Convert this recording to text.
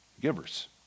givers